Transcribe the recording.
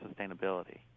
sustainability